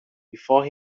before